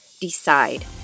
decide